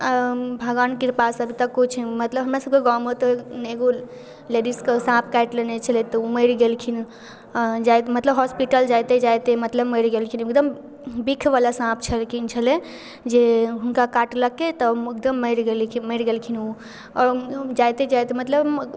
भगवानके कृपासँ अभी तक किछु मतलब हमरा सबके गाँवमे ओतऽ एगो लेडीजके साँप काटि लेने छलै तऽ उ मरि गेलखिन आओर जाइत मतलब हॉस्पिटल जाइते जाइते मतलब मरि गेलखिन उ एकदम बिखवला साँप छलखिन छलै जे हुनका काटलकै तऽ एकदम मरि मरि गेलखिन उ आओर जाइते जाइते मतलब